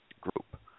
group